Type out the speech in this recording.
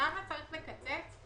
שם צריך לקצץ?